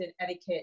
etiquette